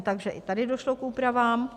Takže i tady došlo k úpravám.